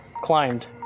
climbed